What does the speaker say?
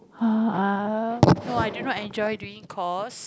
uh no i did not enjoy during calls